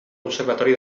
conservatori